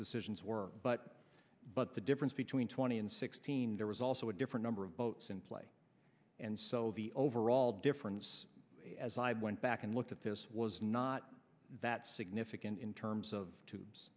decisions were but but the difference between twenty and sixteen there was also a different number of votes in play and so the overall difference as i went back and looked at this was not that significant in terms of